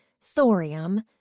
Thorium